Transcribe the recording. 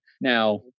Now